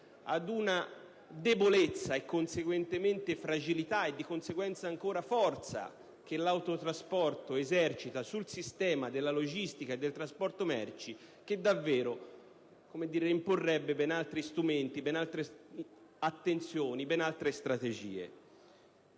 ad una debolezza, ad una fragilità e di conseguenza ad una forza che l'autotrasporto esercita sul sistema della logistica e del trasporto merci che davvero imporrebbe ben altri strumenti, ben altre attenzioni, ben altre strategie.